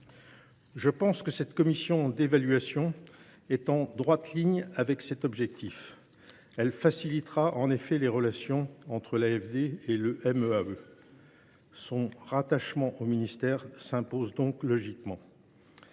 de février 2020. Cette commission d’évaluation me semble être en droite ligne avec cet objectif. Elle encouragera en effet les relations entre l’AFD et le MEAE. Son rattachement au ministère s’impose logiquement.